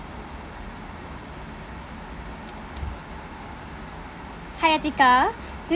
hi atika do